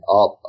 up